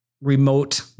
remote